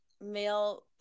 male